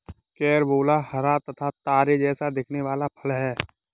carambola हरा तथा तारे जैसा दिखने वाला फल है